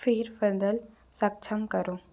फेरबदल सक्षम करो